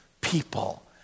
people